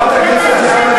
חברת הכנסת גלאון,